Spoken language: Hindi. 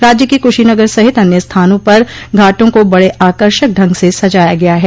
राज्य के कुशीनगर सहित अन्य स्थानों पर घाटों को बड़े आकर्षक ढंग से सजाया गया है